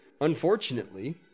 unfortunately